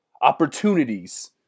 opportunities